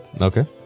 Okay